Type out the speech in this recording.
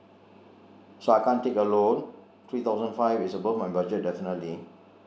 so I can't take a loan three thousand five is above my budget definitely